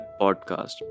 podcast